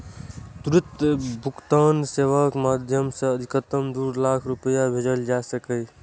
त्वरित भुगतान सेवाक माध्यम सं अधिकतम दू लाख रुपैया भेजल जा सकैए